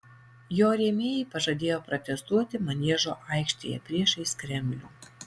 jo rėmėjai pažadėjo protestuoti maniežo aikštėje priešais kremlių